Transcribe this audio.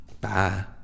Bye